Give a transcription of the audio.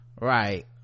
right